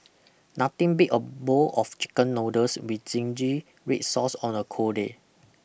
nothing beat a bowl of chicken noodles with zingy red sauce on a cold day